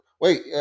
wait